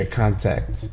contact